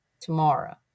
tomorrow